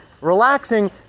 relaxing